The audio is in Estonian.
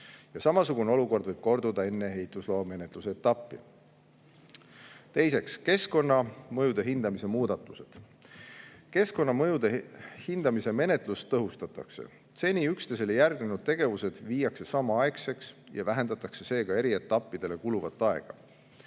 Samasugune olukord võib korduda enne ehitusloa menetluse etappi. Teiseks, muudatused keskkonnamõjude hindamisel. Keskkonnamõjude hindamise menetlust tõhustatakse. Seni üksteisele järgnenud tegevused viiakse samaaegseks ja vähendatakse seega eri etappidele kuluvat aega.